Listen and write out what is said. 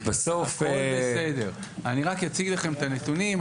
הכול בסדר, אני רק אציג לכם את הנתונים.